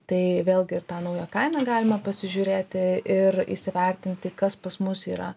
tai vėlgi ir tą naują kainą galima pasižiūrėti ir įsivertinti kas pas mus yra